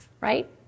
right